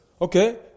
Okay